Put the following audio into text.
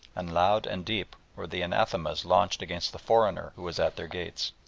and loud and deep were the anathemas launched against the foreigner who was at their gates.